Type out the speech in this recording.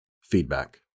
Feedback